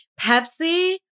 Pepsi